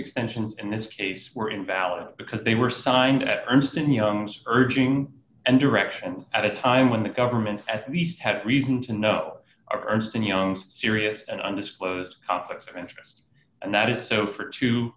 extension in this case were invalid because they were signed ernst and young's urging and direction at a time when the government at least had reason to know are ernst and young's serious and undisclosed conflicts of interest and that is so for two